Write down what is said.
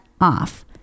off